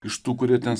iš tų kurie ten